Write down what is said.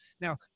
Now